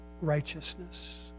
righteousness